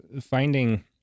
finding